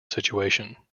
situation